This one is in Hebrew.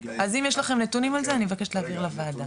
אז אם יש לכם נתונים על זה אני מבקשת להעביר לוועדה.